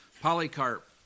Polycarp